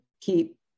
keep